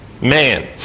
man